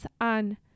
on